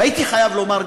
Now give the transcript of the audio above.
והייתי חייב לומר,